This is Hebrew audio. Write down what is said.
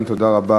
ותודה רבה